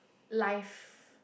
life